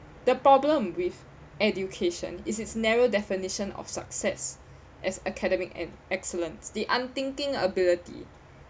the problem with education is its narrow definition of success as academic and excellence the unthinking ability